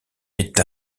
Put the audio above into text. est